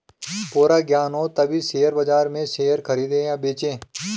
पूरा ज्ञान हो तभी शेयर बाजार में शेयर खरीदे या बेचे